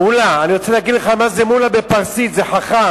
אני רוצה להגיד לך מה זה מולה בפרסית, זה חכם.